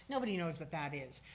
nobody knows what that is.